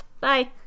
Bye